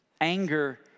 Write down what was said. Anger